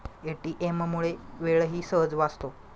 ATM मुळे वेळही सहज वाचतो